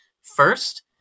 First